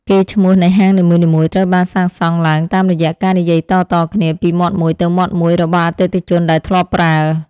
កេរ្តិ៍ឈ្មោះនៃហាងនីមួយៗត្រូវបានសាងសង់ឡើងតាមរយៈការនិយាយតៗគ្នាពីមាត់មួយទៅមាត់មួយរបស់អតិថិជនដែលធ្លាប់ប្រើ។